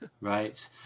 Right